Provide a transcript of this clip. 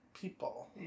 people